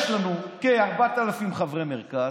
יש לנו כ-4,000 חברי מרכז,